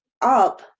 up